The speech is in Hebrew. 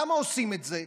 למה עושים את זה?